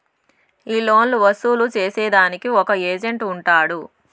ఈ లోన్లు వసూలు సేసేదానికి ఒక ఏజెంట్ ఉంటాడు